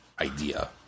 idea